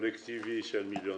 קולקטיבי על מיליון